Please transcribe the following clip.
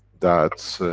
that.